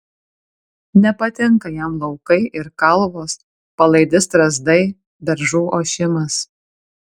nepatinka jam laukai ir kalvos palaidi strazdai beržų ošimas